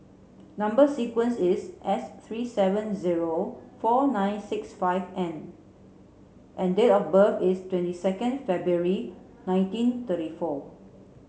number sequence is S three seven zero four nine six five N and date of birth is twenty second February nineteen thirty four